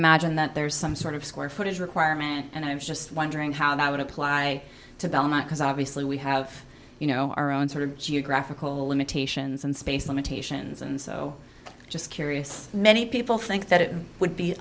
imagine that there's some sort of square footage requirement and i'm just wondering how that would apply to belmont because obviously we have you know our own sort of geographical limitations and space limitations and so just curious many people think that it would be